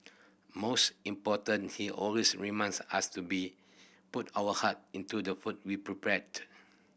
most important he always reminds us to be put our heart into the food we prepared